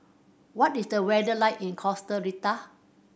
what is the weather like in Costa Rica